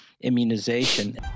immunization